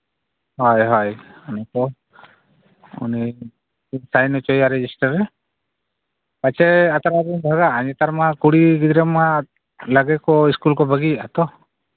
ᱦᱳᱭ ᱦᱳᱭ ᱦᱮᱸᱛᱚ ᱩᱱᱤ ᱥᱟᱭᱤᱱ ᱦᱚᱪᱚᱭᱮᱭᱟ ᱨᱮᱡᱤᱥᱴᱟᱨ ᱨᱮ ᱥᱮ ᱟᱛᱨᱟ ᱨᱮᱵᱮᱱ ᱵᱷᱟᱜᱟᱜᱼᱟ ᱱᱮᱛᱟᱨᱢᱟ ᱠᱩᱲᱤ ᱜᱤᱫᱽᱨᱟᱹ ᱢᱟ ᱞᱟᱜᱮ ᱠᱚ ᱥᱠᱩᱞ ᱠᱚ ᱵᱟᱹᱜᱤᱭᱮᱫᱼᱟ ᱛᱚ